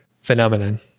phenomenon